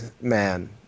man